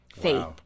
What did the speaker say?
faith